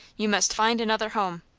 you must find another home.